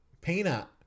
Peanut